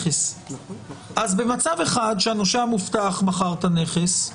אז במצב אחד שהנושה המובטח מכר את הנכס,